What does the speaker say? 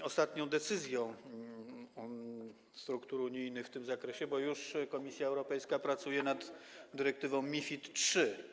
związanym z decyzją struktur unijnych w tym zakresie, bo już Komisja Europejska pracuje nad dyrektywą MiFID III.